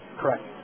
Correct